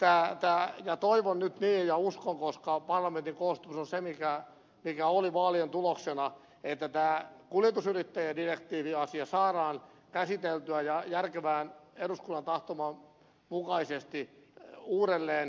toivon ja uskon nyt niin koska parlamentin koostumus on se mikä oli vaalien tuloksena että tämä kuljetusyrittäjien direktiivisasia saadaan käsiteltyä järkevästi eduskunnan tahdon mukaisesti uudelleen